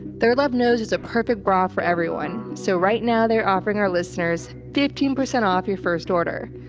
third love knows there's a perfect bra for everyone. so right now they're offering our listeners fifteen percent off your first order.